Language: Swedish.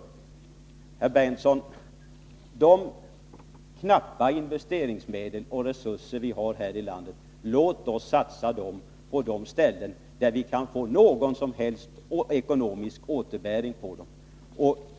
Låt oss, Nils Berndtson, satsa de knappa investeringsmedel och resurser vi har på de ställen där vi kan få någon som helst ekonomisk återbäring på dem.